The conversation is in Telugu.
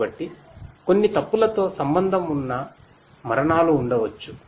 కాబట్టి కొన్ని తప్పులతో సంబంధం ఉన్న మరణాలు ఉండవచ్చు